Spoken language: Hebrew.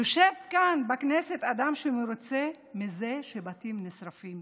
יושב כאן בכנסת אדם שמרוצה מזה שבתים נשרפים,